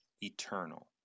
eternal